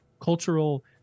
cultural